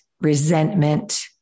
resentment